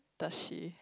does she